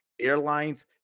airlines